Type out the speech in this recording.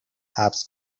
حبس